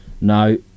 No